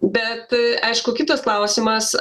bet aišku kitas klausimas